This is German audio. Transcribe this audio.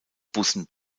bussen